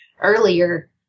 earlier